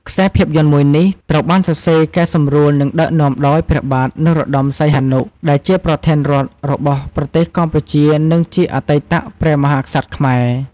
ខ្សែភាពយន្តមួយនេះត្រូវបានសរសេរកែសម្រួលនិងដឹកនាំដោយ ព្រះបាទនរោត្តមសីហនុ ដែលជាប្រធានរដ្ឋរបស់ប្រទេសកម្ពុជា និងជាអតីតព្រះមហាក្សត្រខ្មែរ ។